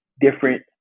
different